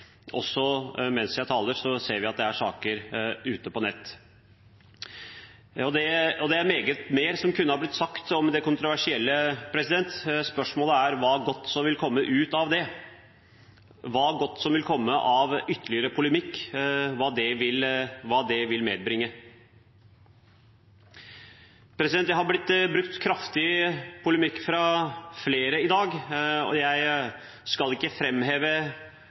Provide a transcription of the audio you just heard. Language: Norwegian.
også ser er omtalt i flere medier – også mens jeg taler, ser jeg at det er saker ute på nettet. Det er meget mer som kunne vært sagt om det kontroversielle. Spørsmålet er hva godt som vil komme ut av det, hva godt som vil komme av ytterligere polemikk, hva det vil medbringe. Det er brukt kraftig polemikk fra flere i dag. Jeg skal ikke